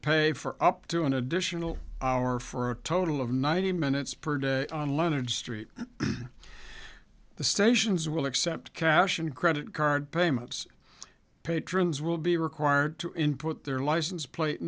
pay for up to an additional hour for a total of ninety minutes per day on leonard street the stations will accept cash in credit card payments patrons will be required to input their license plate